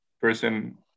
person